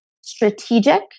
strategic